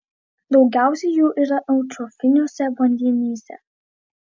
daugiausiai jų yra eutrofiniuose vandenyse